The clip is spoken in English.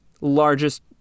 largest